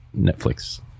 Netflix